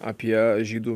apie žydų